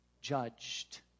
judged